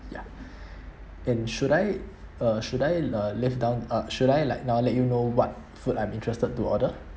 ya and should I uh should I uh leave down uh should I like now let you know what food I'm interested to order